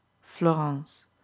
Florence